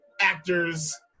actors